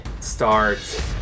Start